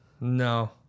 no